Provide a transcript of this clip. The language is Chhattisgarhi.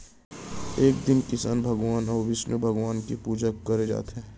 ए दिन किसन भगवान अउ बिस्नु भगवान के पूजा करे जाथे